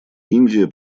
индия